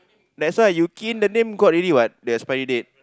that's why you key in the name got already what the expiry date